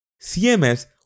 CMS